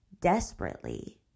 desperately